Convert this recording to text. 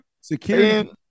Security